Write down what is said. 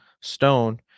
stone